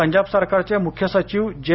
पंजाब सरकारचे मुख्य सचिव जे